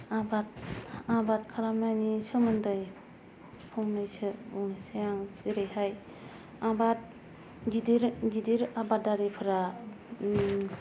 आबाद आबाद खालामनायनि सोमोन्दै फंनैसो बुंनोसै आं जेरैहाय आबाद गिदिर गिदिर आबादारिफोरा